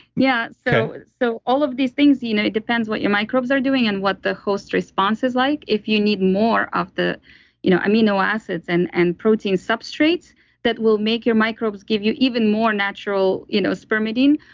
yeah so so all of these things, you know it depends what your microbes are doing and what the host response is like, if you need more of the you know amino acids and and protein substrates that will make your microbes give you even more natural you know spermidine,